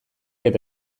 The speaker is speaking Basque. eta